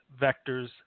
vectors